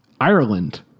ireland